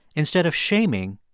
instead of shaming,